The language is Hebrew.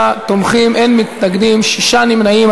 58 תומכים, אין מתנגדים, שישה נמנעים.